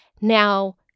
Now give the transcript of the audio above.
Now